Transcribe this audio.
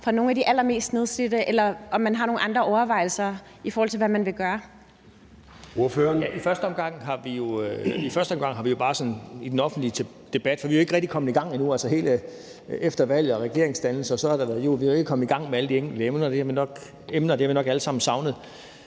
fra nogle af de allermest nedslidte, eller om man har nogle andre overvejelser, i forhold til hvad man vil gøre. Kl. 16:35 Formanden (Søren Gade): Ordføreren. Kl. 16:35 Søren Pape Poulsen (KF): Vi er jo ikke rigtig kommet i gang endnu efter valget og regeringsdannelse, det har også været jul, og vi er ikke kommet i gang med alle de enkelte emner, og det har vi nok alle sammen savnet.